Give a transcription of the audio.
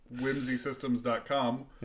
whimsysystems.com